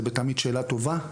זה תמיד שאלה טובה,